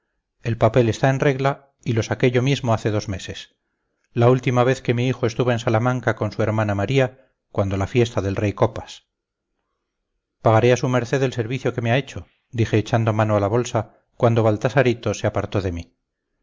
el papel está en regla y lo saqué yo mismo hace dos meses la última vez que mi hijo estuvo en salamanca con su hermana maría cuando la fiesta del rey copas pagaré a su merced el servicio que me ha hecho dije echando mano a la bolsa cuando baltasarito se apartó de mí